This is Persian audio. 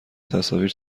تصاویر